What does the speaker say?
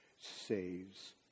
saves